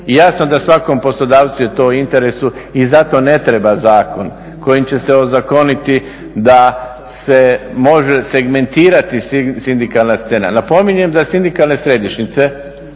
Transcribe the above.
Jasno da svakom poslodavcu je to u interesu i zato ne treba zakon kojim će se ozakoniti da se može segmentirati sindikalna scena. Napominjem da sindikalne središnjice